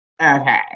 Okay